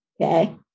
Okay